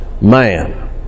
man